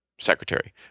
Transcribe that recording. secretary